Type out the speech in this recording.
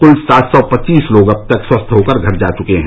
कुल सात सौ पच्चीस लोग अब तक स्वस्थ होकर घर जा चुके हैं